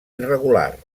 irregular